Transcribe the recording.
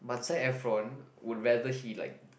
but Zac Efron would rather he like